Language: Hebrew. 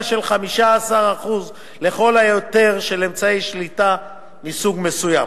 של 15% לכל היותר של אמצעי שליטה מסוג מסוים.